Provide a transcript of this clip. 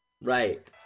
Right